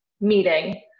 meeting